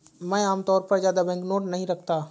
मैं आमतौर पर ज्यादा बैंकनोट नहीं रखता